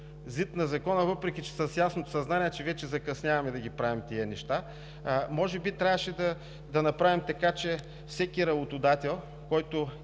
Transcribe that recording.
ЗИД на Закона, въпреки че с ясното съзнание, че вече закъсняваме да ги правим тия неща. Може би трябваше да направим така, че всеки работодател, който